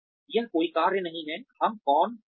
यह कोई कार्य नहीं है हम कौन हैं